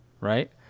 right